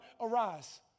arise